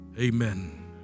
amen